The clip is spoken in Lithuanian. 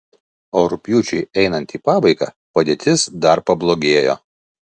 o rugpjūčiui einant į pabaigą padėtis dar pablogėjo